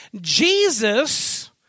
Jesus